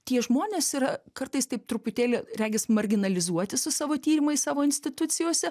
tie žmonės yra kartais taip truputėlį regis marginalizuoti su savo tyrimais savo institucijose